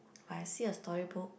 when I see a storybook